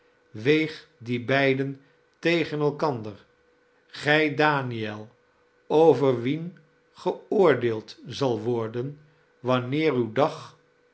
weeg die beiden tegen elkander gij daniel over wien geoordeeld zal worden wanneer uw dag